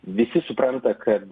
visi supranta kad